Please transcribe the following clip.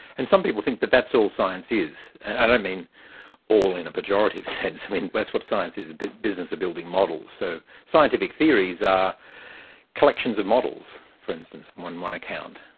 and some people think that that's all science is. and i don't mean all in a pejorative sense. i mean, that's what science is, a business of building models. so scientific theories are collections of models, for instance, on one account.